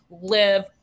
live